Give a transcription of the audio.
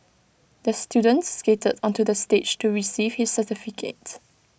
the student skated onto the stage to receive his certificate